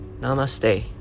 Namaste